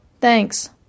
thanks